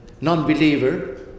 non-believer